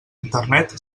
internet